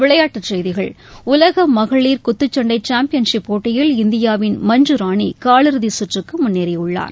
விளையாட்டுச் செய்திகள் உலக மகளிர் குத்துச்சண்டை சாம்பியன்ஷிப் போட்டியில் இந்தியாவின் மஞ்சு ராணி காலிறுதி சுற்றுக்கு முன்னேறியுள்ளார்